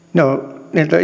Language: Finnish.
ne